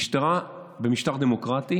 המשטרה במשטר דמוקרטי